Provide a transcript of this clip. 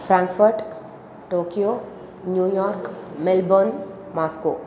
Frankfurt Tokyo New York Melbourne Moscow